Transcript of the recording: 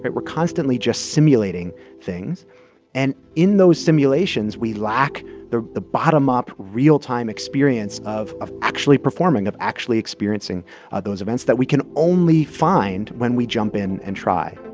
but we're constantly just simulating things and in those simulations, we lack the the bottom-up, real-time experience of of actually performing, of actually experiencing ah those events that we can only find when we jump in and try